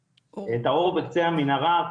אולי את האור בקצה המנהרה.